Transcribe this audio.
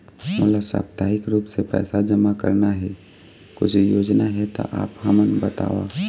मोला साप्ताहिक रूप से पैसा जमा करना हे, कुछू योजना हे त आप हमन बताव?